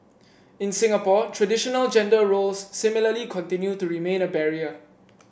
in Singapore traditional gender roles similarly continue to remain a barrier